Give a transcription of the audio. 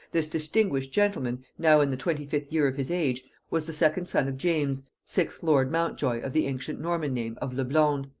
this distinguished gentleman, now in the twenty-fifth year of his age, was the second son of james sixth lord montjoy of the ancient norman name of le blonde,